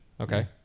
Okay